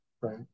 right